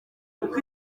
kuko